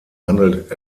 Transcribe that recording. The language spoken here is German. handelt